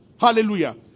Hallelujah